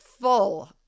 full